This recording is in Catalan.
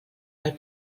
val